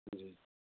ਹਾਂਜੀ